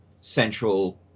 central